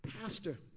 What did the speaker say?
Pastor